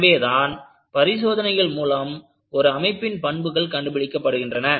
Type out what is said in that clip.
எனவேதான் பரிசோதனைகள் மூலம் ஒரு அமைப்பின் பண்புகள் கண்டுபிடிக்கப்படுகின்றன